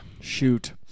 Shoot